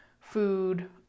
food